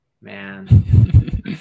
man